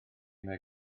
mae